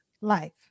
life